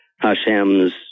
Hashem's